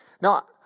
Now